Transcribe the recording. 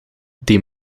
die